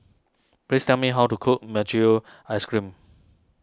please tell me how to cook Mochi Yu Ice Cream